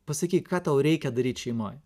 pasakyk ką tau reikia daryt šeimoj